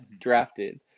drafted